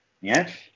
Yes